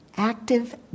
active